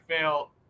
fail